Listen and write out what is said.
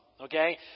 Okay